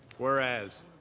whereas,